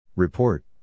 Report